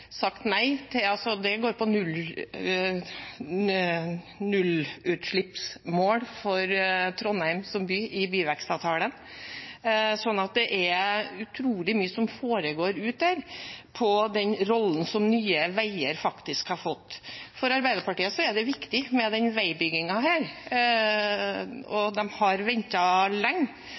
sagt nei – det går på nullutslippsmål for Trondheim som by i byvekstavtalen. Så det er utrolig mye som foregår der ute når det gjelder den rollen som Nye Veier faktisk har fått. For Arbeiderpartiet er denne veibyggingen viktig,